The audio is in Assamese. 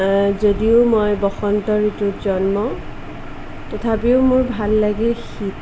যদিও মই বসন্ত ঋতুত জন্ম তথাপিও মোৰ ভাল লাগে শীত